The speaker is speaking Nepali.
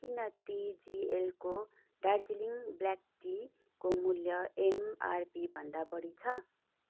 किन टिजिएलको दार्जिलिङ ब्ल्याक टीको मूल्य एमआरपी भन्दा बढी छ